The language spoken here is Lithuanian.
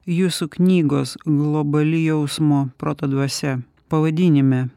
jūsų knygos globali jausmo proto dvasia pavadinime